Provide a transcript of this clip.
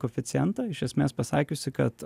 koeficientą iš esmės pasakiusi kad